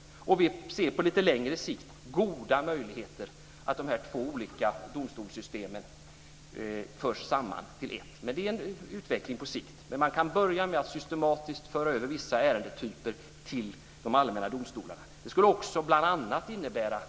Det redovisar vi också i någon reservation. Vi ser på längre sikt goda möjligheter att de två olika domstolssystemen förs samman till ett. Det är en utveckling på sikt. Man kan börja med att systematiskt föra över vissa ärendetyper till de allmänna domstolarna. Det skulle också bl.a. innebära